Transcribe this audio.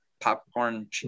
popcorn